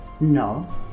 No